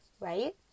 right